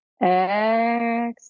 exhale